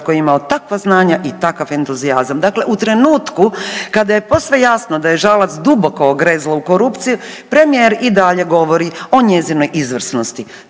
tko je imao takva znanja i takav entuzijazam. Dakle, u trenutku kada je posve jasno da je Žalac duboko ogrezla u korupciju premijer i dalje govori o njezinoj izvrsnosti.